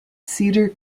cedar